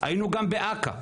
היינו גם באכ"א,